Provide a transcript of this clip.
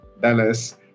Dallas